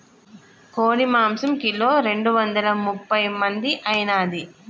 కోడి మాంసం కిలో రెండు వందల ముప్పై మంది ఐనాది